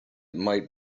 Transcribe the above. might